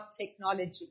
technology